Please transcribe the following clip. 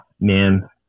man